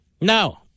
No